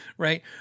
Right